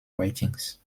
writings